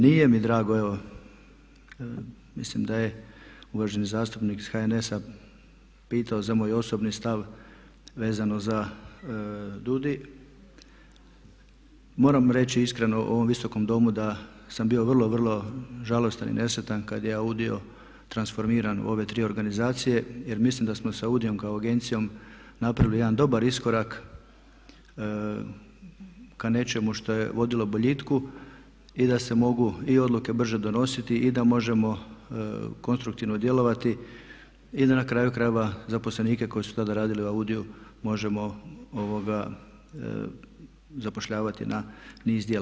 Nije mi drago evo mislim da je uvaženi zastupnik iz HNS-a pitao za moj osobni stav vezano za DUUDI, moram reći iskreno u ovom Visokom domu da sam bio vrlo, vrlo žalostan i nesretan kad je AUDI-o transformiran u ove 3 organizacije jer mislim da smo s AUDI-jem kao agencijom napravili jedan dobar iskorak ka nečemu što je vodilo boljitku i da se mogu i odluke brže donositi i da možemo konstruktivno djelovati i da na kraju krajeva zaposlenike koji su tada radili u AUDI-ju možemo zapošljavati na niz djela.